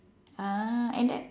ah and that